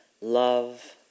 love